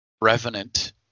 revenant